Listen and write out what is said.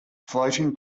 floating